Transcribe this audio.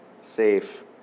safe